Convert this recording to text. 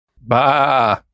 Bah